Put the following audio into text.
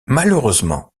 malheureusement